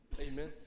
Amen